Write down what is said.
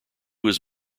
was